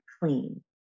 clean